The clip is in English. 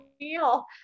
meal